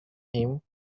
him